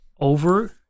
over